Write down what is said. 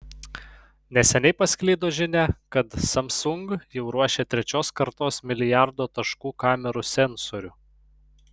neseniai pasklido žinia kad samsung jau ruošia trečios kartos milijardo taškų kamerų sensorių